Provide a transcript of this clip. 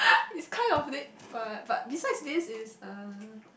it's kind of dead what but besides this is uh